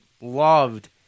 loved